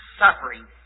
suffering